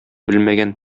белмәгән